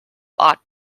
ought